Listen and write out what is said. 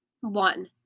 One